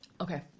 Okay